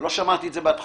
לא שמעתי את זה בהתחלה.